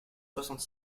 soixante